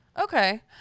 Okay